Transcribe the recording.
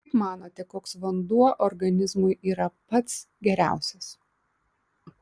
kaip manote koks vanduo organizmui yra pats geriausias